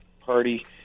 party